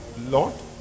Lot